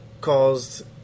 caused